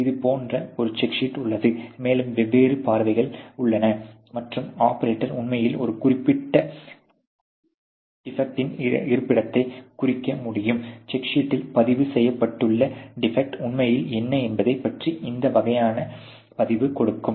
இது போன்ற ஒரு செக் ஷீட் உள்ளது மேலும் வெவ்வேறு பார்வைகள் உள்ளன மற்றும் ஆபரேட்டர் உண்மையில் ஒரு குறிப்பிட்ட டிபெக்ட்டின் இருப்பிடத்தைக் குறிக்க முடியும் செக் ஷீட்டில் பதிவு செய்யப்பட்டுள்ள டிபெக்ட் உண்மையில் என்ன என்பதைப் பற்றி இந்த வகையான பதிவு கொடுக்கும்